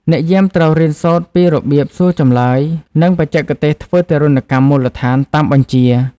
អ្នកយាមត្រូវរៀនសូត្រពីរបៀបសួរចម្លើយ និងបច្ចេកទេសធ្វើទារុណកម្មមូលដ្ឋានតាមបញ្ជា។